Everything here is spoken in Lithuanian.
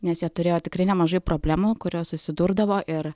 nes jie turėjo tikrai nemažai problemų kurios susidurdavo ir